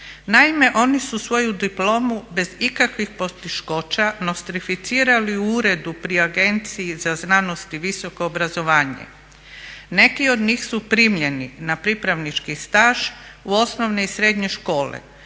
Naime, oni su svoju diplomu bez ikakvih poteškoća nostrificirali u uredu pri Agenciji za znanost i visoko obrazovanje. Neki od njih su primljeni na pripravnički staž u osnovne i srednje škole,